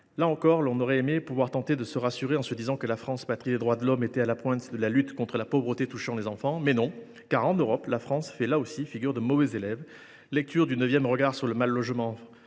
Là encore, l’on aurait aimé pouvoir se rassurer en se disant que la France, patrie des droits de l’homme, était à la pointe de la lutte contre la pauvreté touchant les enfants. Mais non, car en Europe, la France fait, une fois de plus, figure de mauvais élève. La lecture du neuvième Regard sur le mal logement